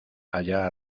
allá